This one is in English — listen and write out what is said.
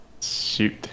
Shoot